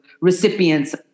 recipients